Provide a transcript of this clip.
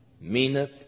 meaneth